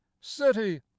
city